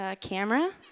camera